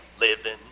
living